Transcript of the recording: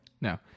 No